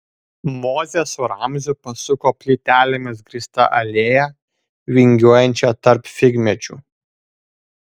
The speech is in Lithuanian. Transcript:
mozė su ramziu pasuko plytelėmis grįsta alėja vingiuojančia tarp figmedžių